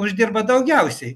uždirba daugiausiai